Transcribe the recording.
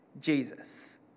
Jesus